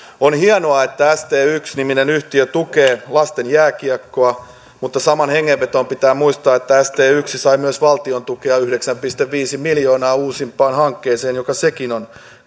on hienoa että st yksi niminen yhtiö tukee lasten jääkiekkoa mutta samaan hengenvetoon pitää muistaa että st yksi sai myös valtion tukea yhdeksän pilkku viisi miljoonaa uusimpaan hankkeeseen joka sekin on